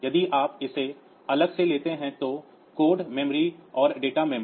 यदि आप इसे अलग से लेते हैं तो कोड मेमोरी और डेटा मेमोरी